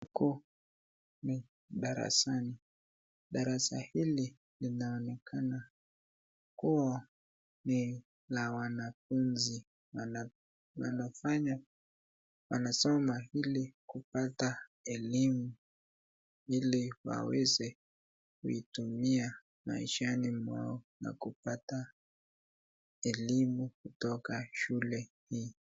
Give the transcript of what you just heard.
Huku ni darasani, darasa hili linaonekana kuwa ni la wanafunzi wanafanya wanasoma ili kupata elimu ili waweze kuitumia maishani mwao na kupata elimu kutoka shule hii.